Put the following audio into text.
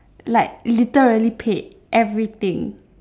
like literally paid everything